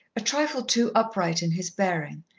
a trifle too upright in his bearing,